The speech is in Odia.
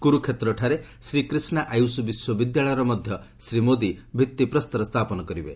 କୁରୁକ୍ଷେତ୍ରଠାରେ ଶ୍ରୀକ୍ରିଷ୍ଣା ଆୟୁଷ୍ ବିଶ୍ୱବିଦ୍ୟାଳୟର ମଧ୍ୟ ଶ୍ରୀ ମୋଦି ଭିଭିପ୍ରସ୍ତର ସ୍ଥାପନ କରିବେ